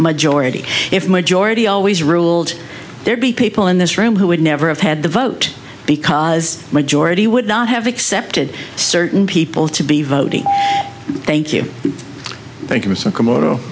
majority if majority always ruled there be people in this room who would never have had the vote because majority would not have accepted certain people to be voting thank you thank you mr comodo